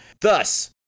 Thus